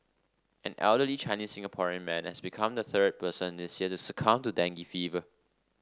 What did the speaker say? an elderly Chinese Singaporean man has become the third person this year to succumb to dengue fever